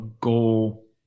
goal